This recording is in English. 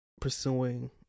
pursuing